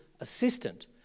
assistant